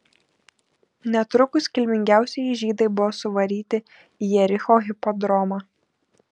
netrukus kilmingiausieji žydai buvo suvaryti į jericho hipodromą